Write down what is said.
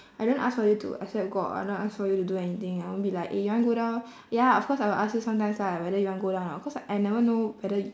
I don't ask for you to accept god I don't ask for you to do anything I won't be like eh you want go down ya of course I will ask you sometimes lah whether you want go down or not cause like I never know whether you